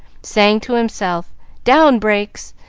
saying to himself down brakes!